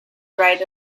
right